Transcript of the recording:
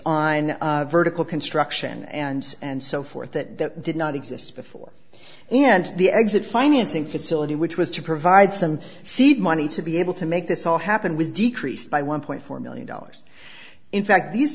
on vertical construction and and so forth that did not exist before and the exit financing facility which was to provide some seed money to be able to make this all happened was decreased by one point four million dollars in fact these